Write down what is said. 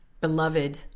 beloved